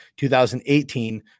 2018